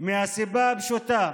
מהסיבה הפשוטה